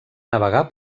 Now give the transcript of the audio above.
navegar